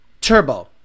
turbo